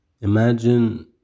Imagine